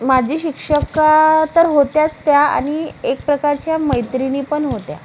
माजी शिक्षका तर होत्याच त्या आणि एक प्रकारच्या मैत्रिण पण होत्या